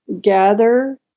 gather